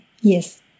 Yes